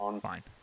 fine